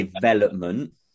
development